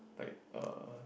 like uh